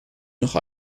noch